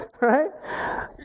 right